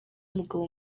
n’umugabo